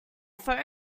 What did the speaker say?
phone